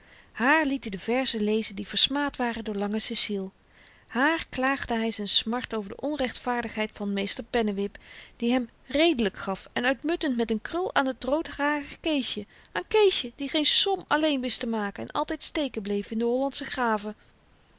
haar liet i de verzen lezen die versmaad waren door lange ceciel haar klaagde hy z'n smart over de onrechtvaardigheid van meester pennewip die hèm redelyk gaf en uitmuntend met n krul aan t roodharig keesje aan keesje die geen som alleen wist te maken en altyd steken bleef in de hollandsche graven